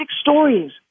stories